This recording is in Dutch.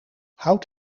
hout